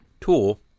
tool